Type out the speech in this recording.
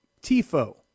Tifo